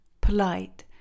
polite